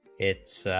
it's the